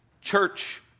church